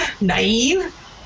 naive